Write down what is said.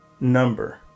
number